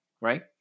right